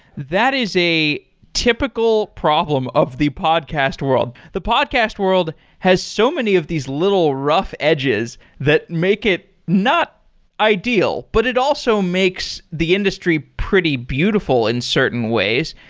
that is a typical problem of the podcast world. the podcast world has so many of these little rough edges that make it not ideal, but it also makes the industry pretty beautiful in certain ways.